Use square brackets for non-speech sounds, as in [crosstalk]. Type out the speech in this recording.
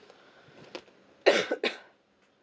[coughs]